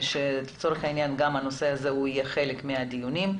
גם הנושא הזה יהיה חלק מהדיונים.